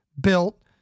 built